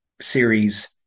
series